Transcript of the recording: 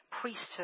priesthood